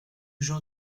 jean